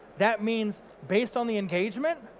that means based on the engagement,